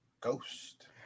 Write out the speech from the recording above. Ghost